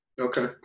Okay